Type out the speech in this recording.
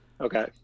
Okay